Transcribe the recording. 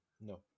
no